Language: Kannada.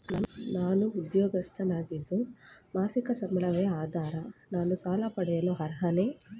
ನಾನು ಉದ್ಯೋಗಸ್ಥನಾಗಿದ್ದು ಮಾಸಿಕ ಸಂಬಳವೇ ಆಧಾರ ನಾನು ಸಾಲ ಪಡೆಯಲು ಅರ್ಹನೇ?